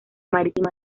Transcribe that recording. marítima